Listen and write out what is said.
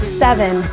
seven